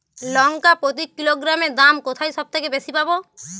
লঙ্কা প্রতি কিলোগ্রামে দাম কোথায় সব থেকে বেশি পাব?